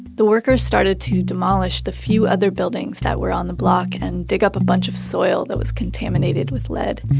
the worker's started to demolish the few other buildings that were on the block and dig up a bunch of soil that was contaminated with lead.